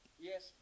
Yes